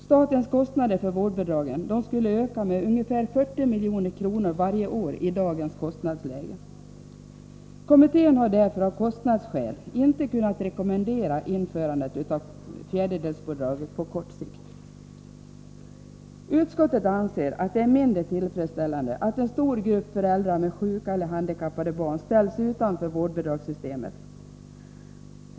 Statens kostnader för vårdbidragen skulle härigenom öka med ungefär 40 milj.kr. varje år i dagens kostnadsläge. Kommittén har därför av kostnadsskäl inte på kort sikt kunnat rekommendera införandet av fjärdedelsbidraget. Utskottet anser att det är mindre tillfredsställande att en stor grupp föräldrar med sjuka eller handikappade barn ställs utanför vårdbidragssystemet.